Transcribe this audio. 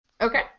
Okay